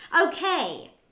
Okay